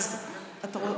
אז אתה,